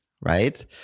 right